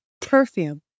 perfume